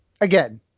Again